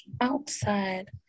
outside